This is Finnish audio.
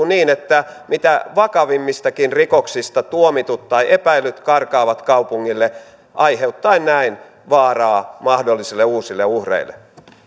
niin että mitä vakavimmistakin rikoksista tuomitut tai epäillyt karkaavat kaupungille aiheuttaen näin vaaraa mahdollisille uusille uhreille